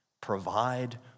provide